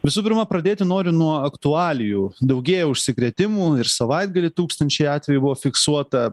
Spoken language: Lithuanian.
visų pirma pradėti noriu nuo aktualijų daugėja užsikrėtimų ir savaitgalį tūkstančiai atvejų buvo fiksuota